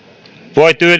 voi